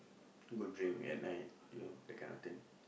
go drink at night you know that kind of thing